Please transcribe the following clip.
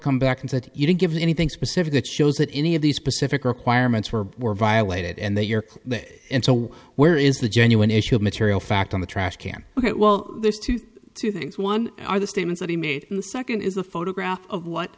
come back and said you didn't give me anything specific that shows that any of these specific requirements were violated and they are and so where is the genuine issue of material fact on the trash can ok well there's two two things one are the statements that he made in the second is the photograph of what